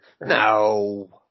No